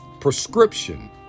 prescription